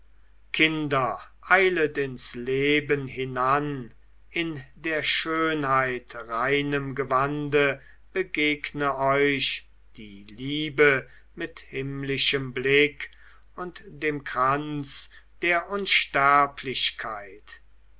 kinder eilet ins leben hinan in der schönheit reinem gewande begegn euch die liebe mit himmlischem blick und dem kranz der unsterblichkeit